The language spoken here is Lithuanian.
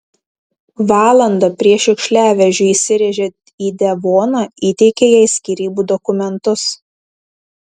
valandą prieš šiukšliavežiui įsirėžiant į devoną įteikė jai skyrybų dokumentus